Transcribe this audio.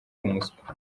umuswa